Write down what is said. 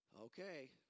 okay